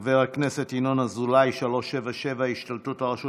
חבר הכנסת ינון אזולאי, 377, השתלטות הרשות